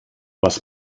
was